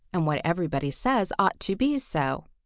and what everybody says ought to be so.